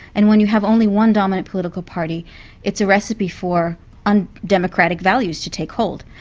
and when you have only one dominant political party it's a recipe for and undemocratic values to take hold.